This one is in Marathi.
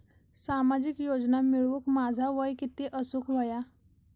सामाजिक योजना मिळवूक माझा वय किती असूक व्हया?